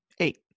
Eight